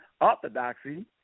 orthodoxy